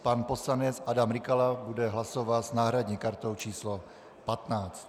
Pan poslanec Adam Rykala bude hlasovat s náhradní kartou číslo 15.